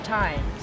time